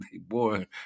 boy